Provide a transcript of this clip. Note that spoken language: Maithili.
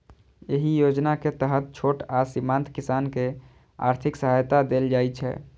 एहि योजना के तहत छोट आ सीमांत किसान कें आर्थिक सहायता देल जाइ छै